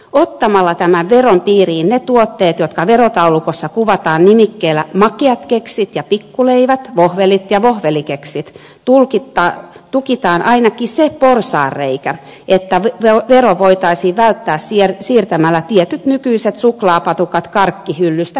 ottamalla tämän veron piiriin ne tuotteet jotka verotaulukossa kuvataan nimikkeellä makeat keksit ja pikkuleivät vohvelit ja vohvelikeksit tukitaan ainakin se porsaanreikä että vero voitaisiin välttää siirtämällä tietyt nykyiset suklaapatukat karkkihyllystä keksihyllyyn